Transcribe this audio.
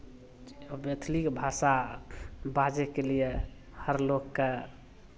आओर मैथिलीक भाषा बाजयके लिए हर लोककेँ